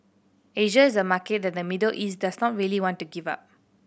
Asia is a market that the Middle East does not really want to give up